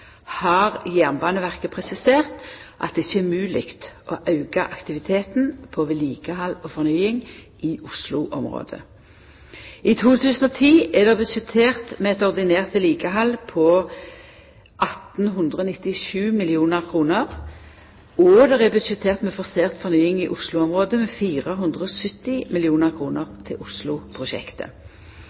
har Jernbaneverket presisert at det ikkje er mogleg å auka aktiviteten på vedlikehald og fornying i Oslo-området. I 2010 er det budsjettert med eit ordinært vedlikehald på 1 897 mill. kr, og det er budsjettert med forsert fornying i Oslo-området med 470 mill. kr til Osloprosjektet.